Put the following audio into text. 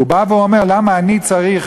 הוא אומר: למה אני צריך